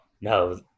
No